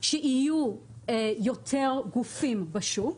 שיהיו יותר גופים בשוק,